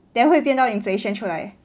then 会变到 inflation 出来